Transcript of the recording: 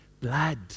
blood